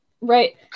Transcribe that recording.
Right